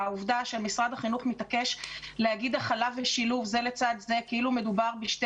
משרד החינוך מתעקש להגיד "הכלה" ו"שילוב" זה לצד זה כאילו מדובר בשתי